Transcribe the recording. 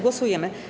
Głosujemy.